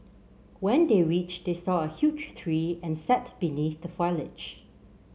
when they reached they saw a huge tree and sat beneath the foliage